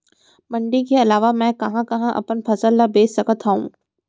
मण्डी के अलावा मैं कहाँ कहाँ अपन फसल ला बेच सकत हँव?